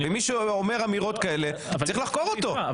מי שאומר אמירות כאלה, צריך לחקור אותו.